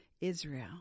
Israel